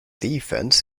defense